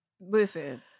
listen-